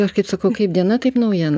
aš kaip sakau kaip diena taip naujiena